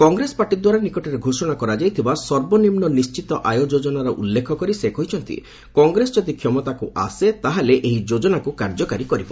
କଂଗ୍ରେସ ପାର୍ଟିଦ୍ୱାର ନିକଟରେ ଘୋଷଣା କରାଯାଇଥିବା ସର୍ବନିମ୍ନ ନିର୍ଣ୍ଣିତ ଆୟ ଯୋଜନାର ଉଲ୍ଲ୍ଲେଖ କରି ସେ କହିଛନ୍ତି କଂଗ୍ରେସ ଯଦି କ୍ଷମତାକୁ ଆସେ ତାହା ହେଲେ ଏହି ଯୋଜନାକୁ କାର୍ଯ୍ୟକାରୀ କରିବ